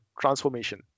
transformation